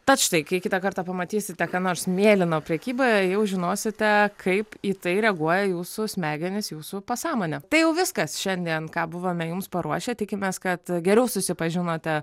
tad štai kai kitą kartą pamatysite ką nors mėlyno prekyboje jau žinosite kaip į tai reaguoja jūsų smegenys jūsų pasąmonė tai jau viskas šiandien ką buvome jums paruošę tikimės kad geriau susipažinote